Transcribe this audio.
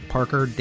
Parker